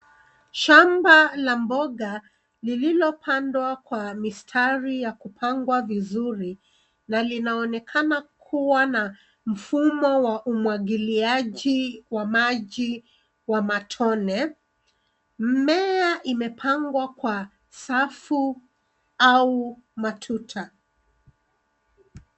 Shamba la mboga lililopandwa kwa mistari ya kupangwa vizuri, na linaonekana kuwa na mfumo wa umwagiliaji wa maji wa matone. Mmea imepangwa kwa safu au matuta.